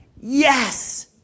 Yes